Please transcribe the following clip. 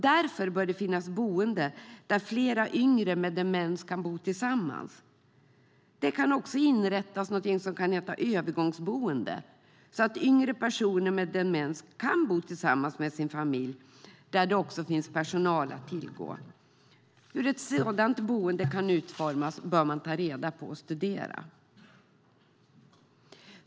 Därför bör det finnas boenden där flera yngre med demens kan bo tillsammans. Det kan också inrättas någonting som kan heta övergångsboende, där yngre personer med demens kan bo tillsammans med sin familj och där det också finns personal att tillgå. Hur ett sådant boende kan utformas bör man ta reda på och studera.